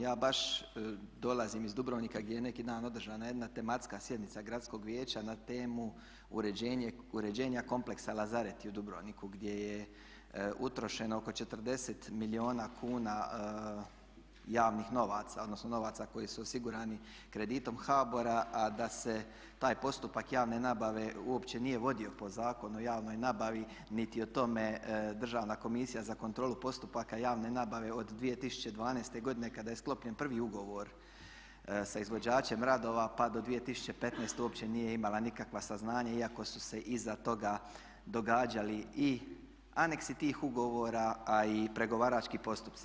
Ja baš dolazim iz Dubrovnika gdje je neki dan održana jedna tematska sjednica gradskog vijeća na temu Uređenja kompleksa Lazareti u Dubrovniku gdje je utrošeno oko 40 milijuna kuna javnih novaca, odnosno novaca koji su osigurani kreditom HBOR-a a da se taj postupak javne nabave uopće nije vodi po Zakonu o javnoj nabavi niti je o tome Državna komisija za kontrolu postupaka javne nabave od 2012. godine kada je sklopljen prvi ugovor sa izvođačem radova pa do 2015. uopće nije imala nikakva saznanja iako su se iza toga događali i aneksi tih ugovora a i pregovarački postupci.